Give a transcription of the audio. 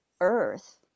earth